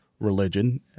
religion